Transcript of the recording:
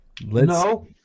No